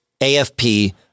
AFP